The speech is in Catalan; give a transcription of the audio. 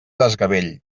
desgavell